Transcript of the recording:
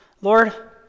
Lord